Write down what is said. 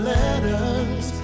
letters